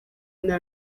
nta